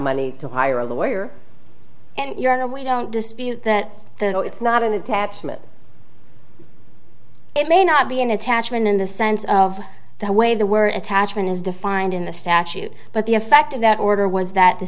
money to hire a lawyer and your honor we don't dispute that though it's not an attachment it may not be an attachment in the sense of the way the were attachment is defined in the statute but the effect of that order was that the